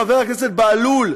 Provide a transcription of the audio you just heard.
חבר הכנסת בהלול,